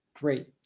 Great